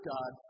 God